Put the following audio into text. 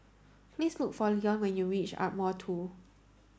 please look for Leon when you reach Ardmore two